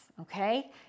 okay